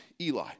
Eli